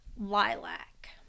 lilac